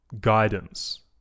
guidance